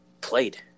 played